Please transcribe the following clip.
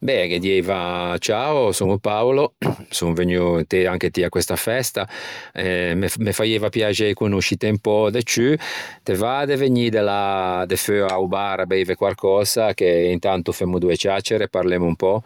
Beh ghe dieiva ciao son o Paolo son vegnuo t'ê anche ti à questa festa eh me faieiva piaxei conoscite un pö de ciù te va de vegnî de là de feua a-o bar à beive quarcösa e intanto femmo doe ciaccere, parlemmo un pö?